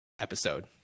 episode